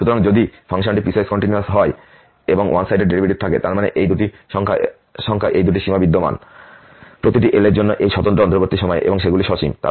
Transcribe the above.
সুতরাং যদি ফাংশনটি পিসওয়াইস কন্টিনিউয়াস হয় এবং ওয়ান সাইডেড ডেরিভেটিভ থাকে তার মানে এই দুটি সংখ্যা এই দুটি সীমা বিদ্যমান প্রতিটি L এর জন্য এই স্বতন্ত্র অন্তর্বর্তী সময়ে এবং সেগুলি সসীম